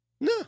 No